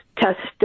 tested